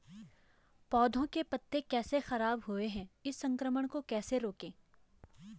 पौधों के पत्ते कैसे खराब हुए हैं इस संक्रमण को कैसे रोकें?